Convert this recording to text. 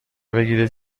بگیرید